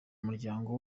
umuryango